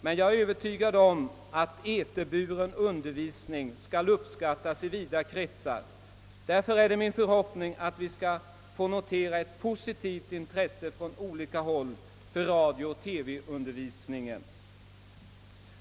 Men jag är övertygad om att eterburen undervisning skulle uppskattas av vida kretsar. Det är därför min förhoppning att vi skall få notera ett positivt intresse från olika håll för radiooch TV-undervisningen.